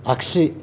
आख्सि